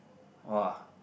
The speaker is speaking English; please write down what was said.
!wah!